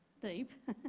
deep